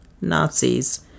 Nazis